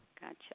Gotcha